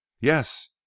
Yes